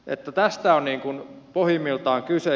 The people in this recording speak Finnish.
tästä on pohjimmiltaan kyse